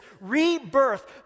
rebirth